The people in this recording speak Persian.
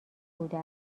بوده